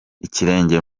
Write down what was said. ikirenge